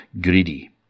Greedy